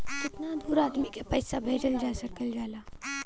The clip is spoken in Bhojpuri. कितना दूर आदमी के पैसा भेजल जा सकला?